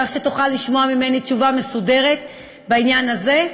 כך שתוכל לשמוע ממני תשובה מסודרת בעניין הזה,